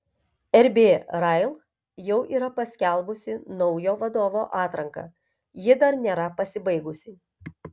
rb rail jau yra paskelbusi naujo vadovo atranką ji dar nėra pasibaigusi